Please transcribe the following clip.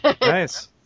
Nice